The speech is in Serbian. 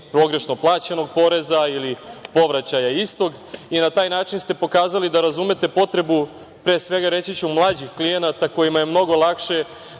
pogrešno plaćenog poreza ili povraćaja istog i na taj način ste pokazali da razumete potrebu, pre svega reći ću mlađih klijenata kojima je mnogo lakše